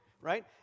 right